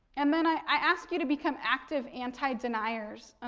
and then i ask you to become active anti-deniers.